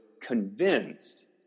convinced